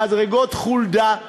במדרגות חולדה,